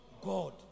God